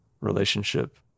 relationship